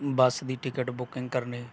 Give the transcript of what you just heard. ਬੱਸ ਦੀ ticket booking ਕਰਨੀ